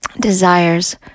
desires